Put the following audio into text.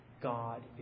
God